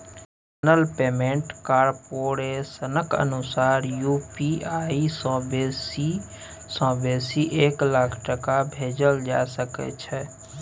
national payment कारपोरेशनक अनुसार UPI सँ बेसी सँ बेसी एक लाख टका भेजल जा सकै छै